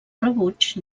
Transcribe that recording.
rebuig